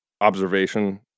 observation